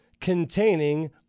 containing